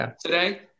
today